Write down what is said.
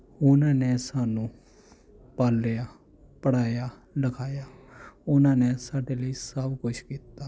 ਉਨ੍ਹਾਂ ਨੇ ਸਾਨੂੰ ਪਾਲਿਆ ਪੜ੍ਹਾਇਆ ਲਿਖਾਇਆ ਉਨ੍ਹਾਂ ਨੇ ਸਾਡੇ ਲਈ ਸਭ ਕੁਛ ਕੀਤਾ